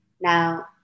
Now